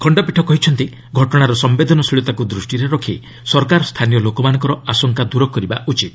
ଖଣ୍ଡପୀଠ କହିଛନ୍ତି ଘଟଣାର ସମ୍ଭେଦନଶୀଳତାକୁ ଦୃଷ୍ଟିରେ ରଖି ସରକାର ସ୍ଥାନୀୟ ଲୋକମାନଙ୍କର ଆଶଙ୍କା ଦୂର କରିବା ଉଚିତ